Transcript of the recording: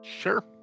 Sure